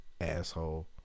Asshole